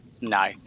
No